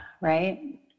right